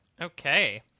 Okay